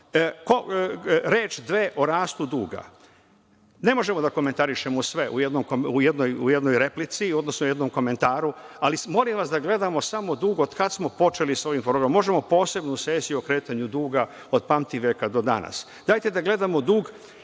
reč dve o rastu duga. Ne možemo da komentarišemo sve u jednoj replici, odnosno u jednom komentaru, ali molim vas da gledamo samo dug od kada smo počeli sa ovim programom. Možemo posebnu sesiju o kretanju duga od pamtiveka do danas, dajte da gledamo dug.